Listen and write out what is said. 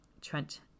Trent